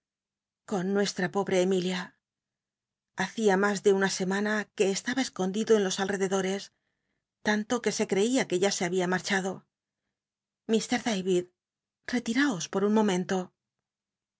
con nuestm pobre emilia hacia mas de una semana que estaba escondido en los altededores tanto que se ereia que ya se babia matchado lir da id reti raos pot un momento